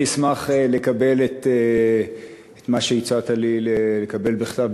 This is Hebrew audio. אני אשמח לקבל את מה שהצעת לי לקבל בכתב,